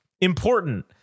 important